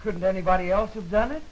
couldn't anybody else have done it